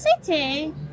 City